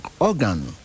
organ